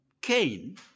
Cain